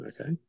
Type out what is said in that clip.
Okay